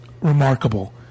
remarkable